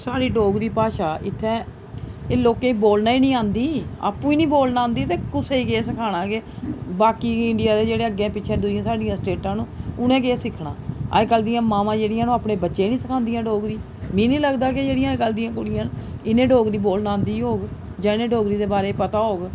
साढ़ी डोगरी भाशा इत्थैं एह् लोकें गी बोलना ई नी औंदी आपूं नी बोलना औंदी ते कुसै गी केह् सखाना के बाकी इंडियां जेह्ड़े अग्गें पिच्छें दुइयां साढ़ियां स्टेटां न उ'नें केह् सिक्खना अज्जकल दियां मावां जेह्ड़ियां न ओह् अपने बच्चें नी सखादियां डोगरी मि नी लगदा कि जेह्ड़ियां अज्जकल दियां कुड़ियां इ'नें डोगरी बोलना औंदी होग जां इ'नें डोगरी दे बारे च पता होग